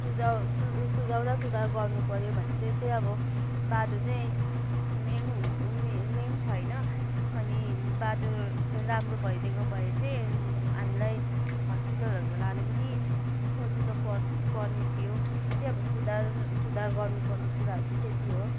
सुझाउ सुझाउ र सुधार गर्नुपर्यो भने चाहिँ त्यही अब बाटो चाहिँ मेन हुनु मेन छैन अनि बाटो राम्रो भइदिएको भए चाहिँ हामीलाई हस्पिटलहरू लानु पनि सजिलो पर पर्ने थियो त्यही अब सुधार सुधार गर्नुपर्ने कुराहरू चाहिँ त्यति हो